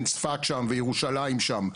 צפת שם וירושלים שם.